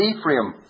Ephraim